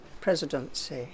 presidency